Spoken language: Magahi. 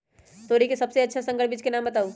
तोरी के सबसे अच्छा संकर बीज के नाम बताऊ?